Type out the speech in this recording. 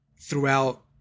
throughout